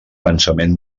pensament